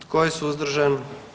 Tko je suzdržan?